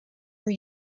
are